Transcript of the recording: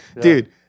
dude